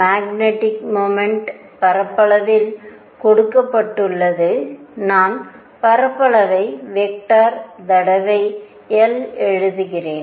magnetic moment பரப்பளவில் கொடுக்கப்பட்டுள்ளது நான் பரப்பளவை வெக்டர் தடவை l எழுதுகிறேன்